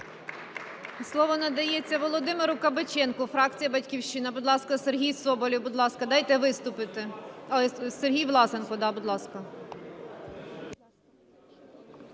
Слово надається Володимиру Кабаченку, фракція "Батьківщина". Будь ласка, Сергій Соболєв. Будь ласка, дайте виступити. Сергій Власенко, да, будь ласка.